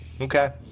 okay